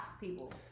people